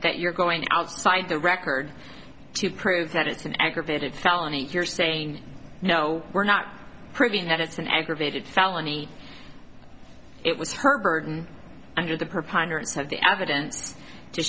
you're going outside the record to prove that it's an aggravated felony you're saying no we're not proving that it's an aggravated felony it was her burden under the preponderance of the evidence to